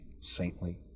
saintly